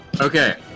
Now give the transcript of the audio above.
Okay